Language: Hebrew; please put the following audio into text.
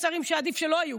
יש שרים שעדיף שלא יהיו,